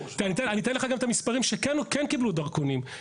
אני אתן לך גם את המספרים שכן קיבלו דרכונים,